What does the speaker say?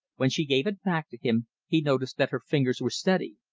when she gave it back to him, he noticed that her fingers were steady.